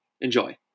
Enjoy